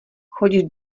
chodit